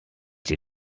die